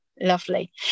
lovely